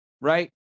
Right